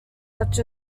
such